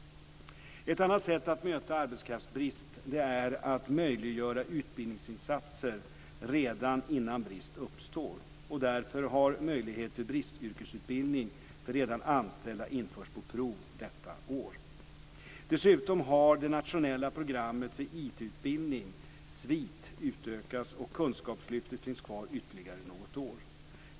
Ett annat sätt att möta arbetskraftsbrist är att möjliggöra utbildningsinsatser redan innan brist uppstår. Därför har möjlighet för bristyrkesutbildning för redan anställda införts på prov detta år. Dessutom har det nationella programmet för IT-utbildning, SwIT, utökats, och Kunskapslyftet finns kvar ytterligare något år.